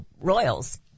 Royals